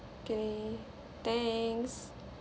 okay thanks